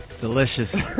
Delicious